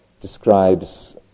describes